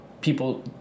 people